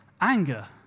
anger